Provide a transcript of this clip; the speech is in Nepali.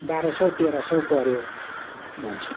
बाह्र सौ तेह्र सौ पऱ्यो भन्छ